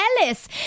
Ellis